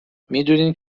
میدونین